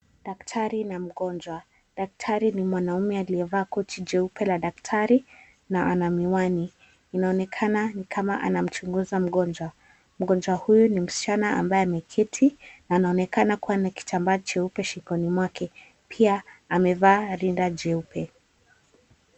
Daktari na mgonjwa. Daktari ni mwanaume aliyevaa koti jeupe la daktari na ana miwani. Inaonekan𝑎 𝑛𝑖 kama anmchunguza mgonjwa. Mgonjwa huyu ni msichana ambaye ameketi na anonekana kuwa na kitambaa cheupe shingoni mwake pia amevaa rinda jeupe.